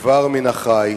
אבר מן החי.